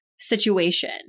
situation